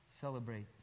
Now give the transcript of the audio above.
Celebrate